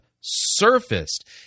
surfaced